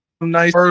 nice